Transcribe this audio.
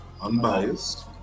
Unbiased